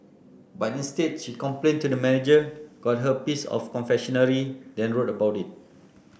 but instead she complained to the manager got her piece of confectionery then wrote about it